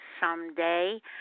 someday